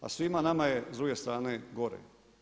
A svima nama je s druge strane gore.